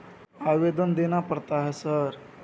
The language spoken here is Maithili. आवेदन देना पड़ता है सर?